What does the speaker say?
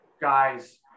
guys